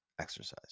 exercise